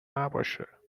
نباشه